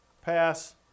pass